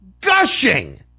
Gushing